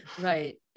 Right